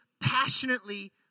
passionately